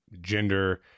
gender